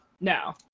No